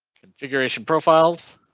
configuration profiles.